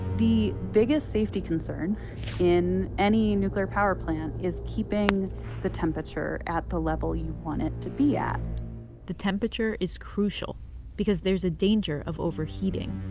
the biggest safety concern in any nuclear power plant is keeping the temperature at the level you want it to be at the temperature is crucial because there's a danger of overheating